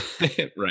right